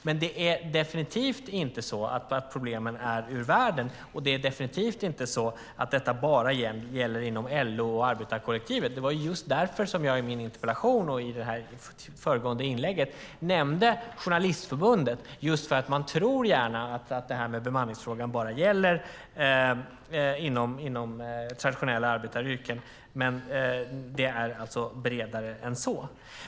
Men det är definitivt inte så att problemen är ur världen, och det är absolut inte så att detta bara gäller inom LO och arbetarkollektivet. Det var just därför jag i min interpellation och i föregående anförande nämnde Journalistförbundet. Man tror gärna att bemanningsfrågan bara gäller traditionella arbetaryrken, men den är bredare än så.